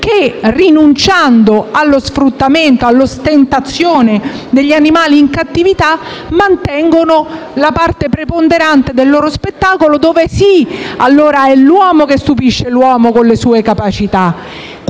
che, rinunciando allo sfruttamento, all'ostentazione degli animali in cattività, mantengono la parte preponderante del loro spettacolo dove è l'uomo che stupisce, l'uomo con le sue capacità.